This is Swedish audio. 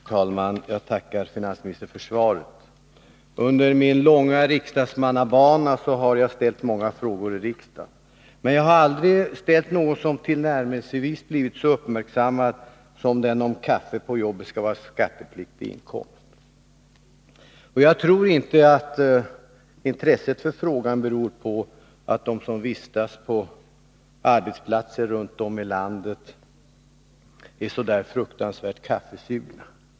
Herr talman! Jag tackar finansministern för svaret. Under min långa riksdagsmannabana har jag ställt många frågor i riksdagen, men jag har aldrig tidigare ställt någon fråga som blivit tillnärmelsevis så uppmärksammad som den om huruvida kaffe på jobbet skall betraktas som skattepliktig inkomst. Jag tror inte att intresset för frågan beror på att de som vistas på arbetsplatser runt om i landet är så där fruktansvärt kaffesugna.